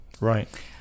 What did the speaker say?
right